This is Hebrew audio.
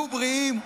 תהיו בריאים.